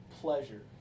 pleasure